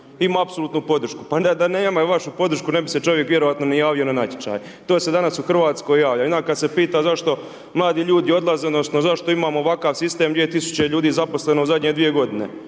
ima apsolutnu podršku. Pa da nema vašu podršku ne bi se čovjek vjerojatno ni javio na natječaj, to se danas u Hrvatskoj javlja. I onda kada se pita zašto mladi ljudi odlaze, odnosno zašto imamo ovakav sistem 2 tisuće ljudi je zaposleno u zadnje 2 godine.